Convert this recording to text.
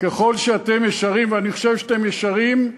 ככל שאתם ישרים, ואני חושב שאתם ישרים,